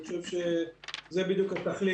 אני חושב שזו בדיוק התכלית,